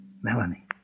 Melanie